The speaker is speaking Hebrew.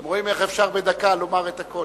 אתם רואים איך אפשר בדקה לומר את הכול?